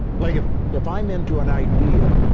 like if if i'm into an idea,